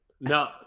No